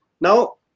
Now